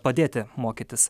padėti mokytis